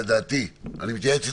אני מתייעץ איתכם,